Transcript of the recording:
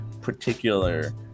particular